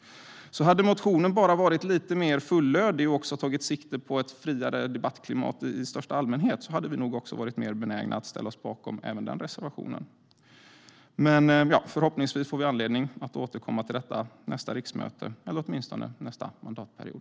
Om motionen bara hade varit lite mer fullödig, och också tagit sikte på ett friare debattklimat i största allmänhet, hade vi nog varit mer benägna att ställa oss bakom även den reservationen. Men förhoppningsvis får vi anledning att återkomma till detta nästa riksmöte eller åtminstone nästa mandatperiod.